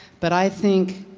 but i think